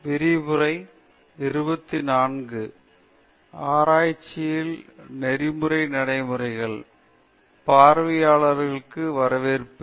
வணக்கம் பார்வையாளர்களுக்கு வரவேற்பு